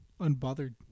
unbothered